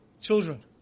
children